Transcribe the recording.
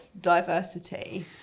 diversity